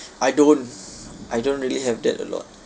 I don't I don't really have that a lot